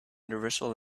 universal